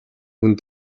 хүнд